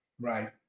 Right